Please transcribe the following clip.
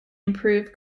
improve